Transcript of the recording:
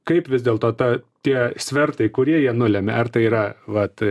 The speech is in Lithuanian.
kaip vis dėlto tą tie svertai kurie jie nulemia ar tai yra vat